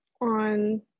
on